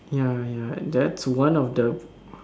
ya ya that's one of the